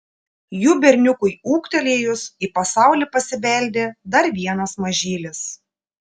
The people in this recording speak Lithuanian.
jų berniukui ūgtelėjus į pasaulį pasibeldė dar vienas mažylis